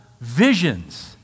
visions